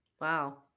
wow